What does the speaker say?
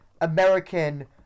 American